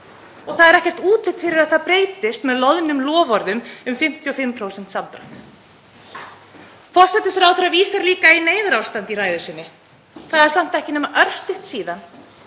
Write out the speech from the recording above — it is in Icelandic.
Það er ekkert útlit fyrir að það breytist með loðnum loforðum um 55% samdrátt. Forsætisráðherra vísar líka í neyðarástand í ræðu sinni. Það er samt ekki nema örstutt síðan